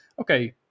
okay